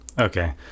okay